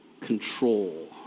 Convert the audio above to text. control